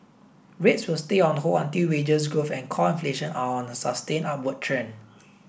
rates will stay on hold until wages growth and core inflation are on a sustained upward trend